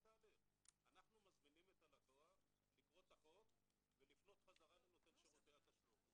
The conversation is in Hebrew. בהקדם האפשרי ולא יאוחר משני ימי עסקים לנותן שירותי התשלום למשלם".